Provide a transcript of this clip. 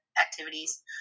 activities